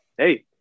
Hey